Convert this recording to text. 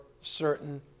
certain